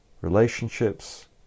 relationships